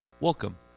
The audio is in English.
Welcome